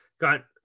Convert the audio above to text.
got